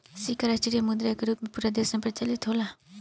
सिक्का राष्ट्रीय मुद्रा के रूप में पूरा देश में प्रचलित होला